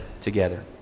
together